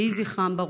יהי זכרם ברוך.